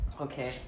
Okay